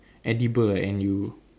edible and you